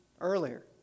earlier